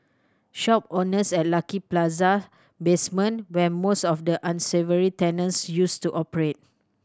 shop owners at Lucky Plaza basement where most of the unsavoury tenants used to operate